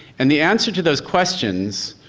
and the answer to those questions,